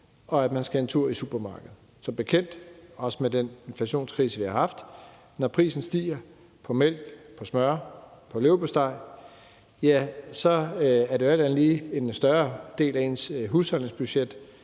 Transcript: og når man skal en tur i supermarkedet – som bekendt også med den inflationskrise, vi har haft. Når prisen stiger på mælk, på smør, på leverpostej, er det alt andet lige en større del af ens husholdningsbudget,